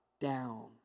down